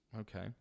Okay